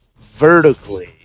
vertically